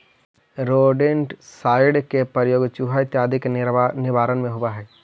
rodenticide के प्रयोग चुहा इत्यादि के निवारण में होवऽ हई